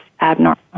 abnormal